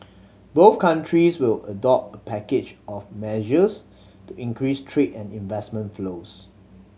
both countries will adopt a package of measures to increase trade and investment flows